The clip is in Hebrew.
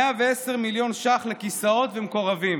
110 מיליון ש"ח לכיסאות ומקורבים.